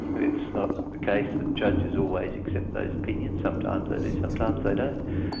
it's not the case that judges always accepts those opinions. sometimes they do, sometimes they don't.